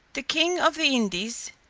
the king of the indies,